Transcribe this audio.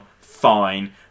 fine